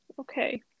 okay